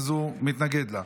מתנגד לה.